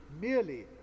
merely